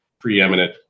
preeminent